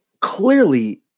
clearly